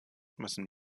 müssen